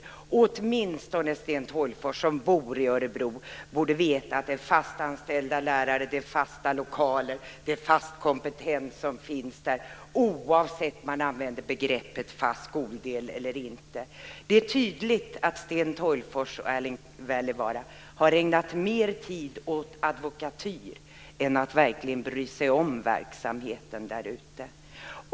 Ja, åtminstone Sten Tolgfors, som bor i Örebro, borde veta att det är fast anställda lärare, fasta lokaler och fast kompetens som finns där - oavsett om man använder begreppet fast skoldel eller inte. Det är tydligt att Sten Tolgfors och Erling Wälivaara har ägnat mer tid åt advokatyr än åt att verkligen bry sig om verksamheten där ute.